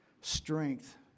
strength